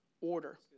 order